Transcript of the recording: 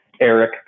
Eric